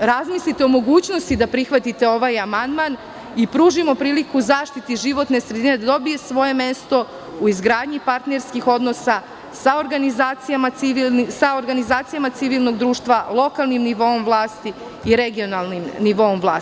razmislite o mogućnosti da prihvatite ovaj amandman i pružimo priliku zaštiti životne sredine da dobije svoje mesto u izgradnji partnerskih odnosa sa organizacijama civilnog društva, lokalnim nivoom vlasti i regionalnim nivoom vlasti.